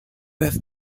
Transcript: have